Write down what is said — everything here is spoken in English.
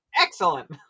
Excellent